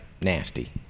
nasty